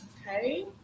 okay